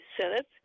Senate